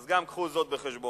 אז גם הביאו זאת בחשבון